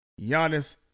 Giannis